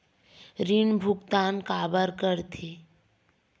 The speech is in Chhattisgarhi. ऋण भुक्तान काबर कर थे?